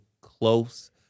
close